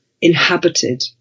inhabited